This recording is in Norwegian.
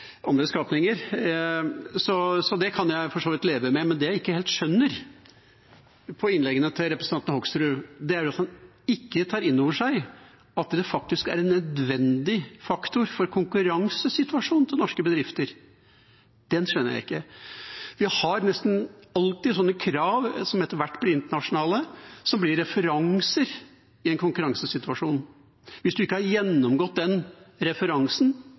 skapninger. Det kan jeg for så vidt leve med, men det jeg ikke helt skjønner på innleggene til representanten Hoksrud, er at han ikke tar inn over seg at det faktisk er en nødvendig faktor for konkurransesituasjonen for norske bedrifter. Det skjønner jeg ikke. Vi har nesten alltid krav som etter hvert blir internasjonale, og som blir referanser i en konkurransesituasjon. Hvis man ikke har gjennomgått den referansen,